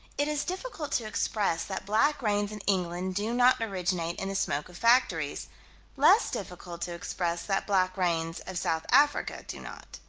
it is difficult to express that black rains in england do not originate in the smoke of factories less difficult to express that black rains of south africa do not.